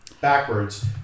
backwards